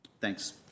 thanks